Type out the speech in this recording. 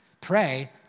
Pray